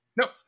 Nope